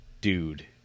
dude